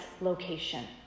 location